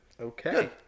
Okay